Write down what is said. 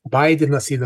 baidenas yra